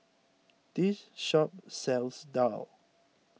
this shop sells Daal